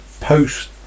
post